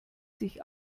sich